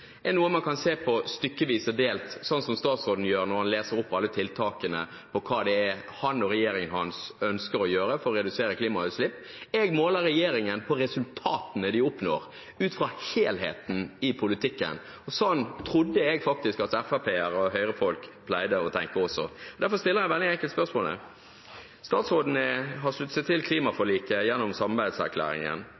er noe man kan se på stykkevis og delt, sånn som statsråden gjør når han leser opp alle tiltakene og hva det er han og regjeringen ønsker å gjøre for å redusere klimagassutslipp. Jeg måler regjeringen på resultatene de oppnår ut fra helheten i politikken. Sånn trodde jeg faktisk at Fremskrittsparti- og Høyre-folk pleide å tenke også. Derfor stiller jeg det veldig enkle spørsmålet: Statsråden har sluttet seg til klimaforliket gjennom samarbeidserklæringen